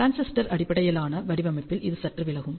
transistor அடிப்படையிலான வடிவமைப்பில் இது சற்று விலகும்